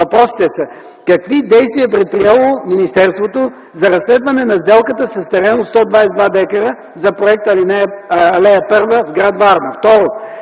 Въпросите са: какви действия е предприело министерството за разследване на сделката с терена от 122 декара за проекта „Алея първа” – гр. Варна?